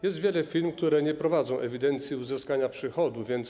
Jest wiele firm, które nie prowadzą ewidencji uzyskanych przychodów.